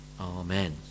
Amen